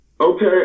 Okay